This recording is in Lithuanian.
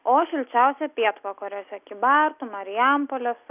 o šilčiausia pietvakariuose kybartų marijampolės